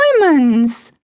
diamonds